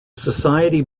society